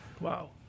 Wow